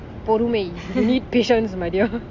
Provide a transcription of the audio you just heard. பொறுமை:porumai you need patience my dear